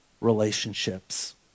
relationships